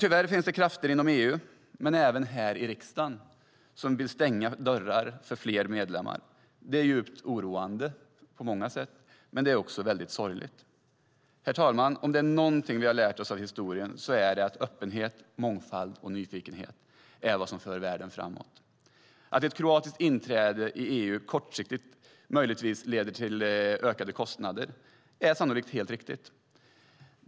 Tyvärr finns det krafter inom EU och även här i riksdagen som vill stänga dörren för fler medlemmar. Det är djupt oroande på många sätt och mycket sorgligt. Herr talman! Om det är något vi lärt av historien är det att öppenhet, mångfald och nyfikenhet är vad som för världen framåt. Att ett kroatiskt inträde i EU kortsiktigt leder till ökade kostnader är sannolikt.